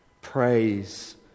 Praise